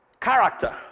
Character